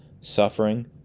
suffering